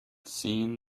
seen